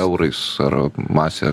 eurais ar mase